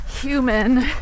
Human